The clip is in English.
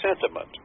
sentiment